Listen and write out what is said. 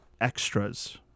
extras